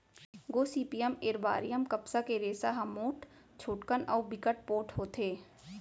Gossypium एरबॉरियम कपसा के रेसा ह मोठ, छोटकन अउ बिकट पोठ होथे